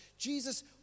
Jesus